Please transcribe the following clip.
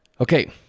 Okay